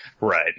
Right